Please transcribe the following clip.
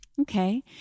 Okay